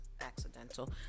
accidental